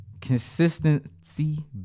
Consistency